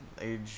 age